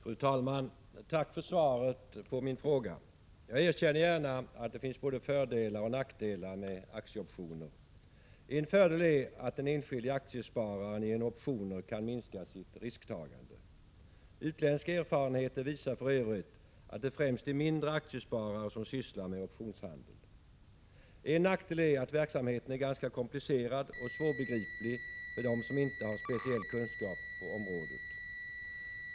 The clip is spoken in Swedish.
Fru talman! Tack för svaret på min fråga. Jag erkänner gärna att det finns både fördelar och nackdelar med aktieoptioner. En fördel är att den enskilde aktiespararen genom optioner kan minska sitt risktagande. Utländska erfarenheter visar för övrigt att det främst är mindre aktiesparare som sysslar med optionshandel. En nackdel är att verksamheten är ganska komplicerad och svårbegriplig för dem som inte har speciell kunskap på området.